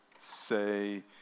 say